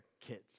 kids